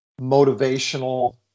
motivational